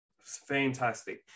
fantastic